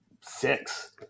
six